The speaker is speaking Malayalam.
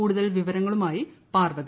കൂടുതൽ വിവരങ്ങളുമായി പാർവതി